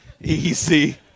Easy